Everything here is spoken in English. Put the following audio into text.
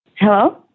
Hello